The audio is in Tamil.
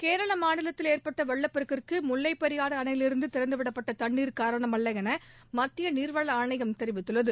கேரள மாநிலத்தில் ஏற்பட்ட வெள்ளப்பெருக்கிற்கு முல்லைப் பெரியாறு அணையிலிருந்து திறந்துவிடப்பட்ட தண்ணீர் காரணமல்ல என மத்திய நீர்வள ஆணையம் தெரிவித்துள்ளது